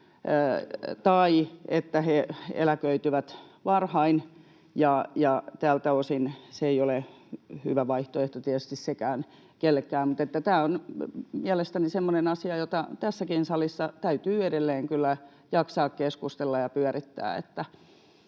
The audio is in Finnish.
tai että he eläköityvät varhain, ja tältä osin se ei ole hyvä vaihtoehto tietysti sekään kenellekään. Mutta tämä on mielestäni semmoinen asia, jota tässäkin salissa täytyy edelleen kyllä jaksaa keskustella ja pyörittää,